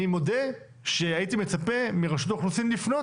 אני מודה שהייתי מצפה מרשות האוכלוסין לפנות